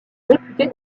réputé